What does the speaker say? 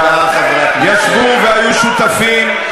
אתה משקר במצח נחושה.